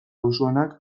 usuenak